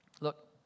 Look